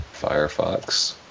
Firefox